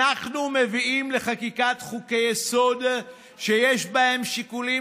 אנחנו מביאים לחקיקת חוקי-יסוד שיש בהם שיקולים